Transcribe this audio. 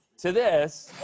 to this.